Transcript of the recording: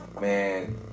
Man